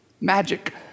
magic